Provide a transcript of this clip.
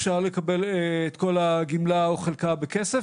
אפשר לקבל את כל הגמלה או חלקה בכסף,